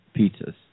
pizzas